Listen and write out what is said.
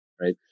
Right